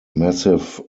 massive